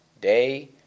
day